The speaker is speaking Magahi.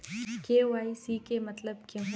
के.वाई.सी के मतलब केहू?